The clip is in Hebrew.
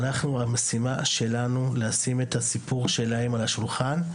ואנחנו המשימה שלנו לשים את הסיפור שלהם על השולחן,